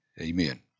amen